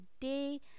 day